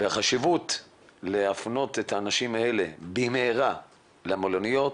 והחשיבות להפנות את האנשים האלה במהרה למלוניות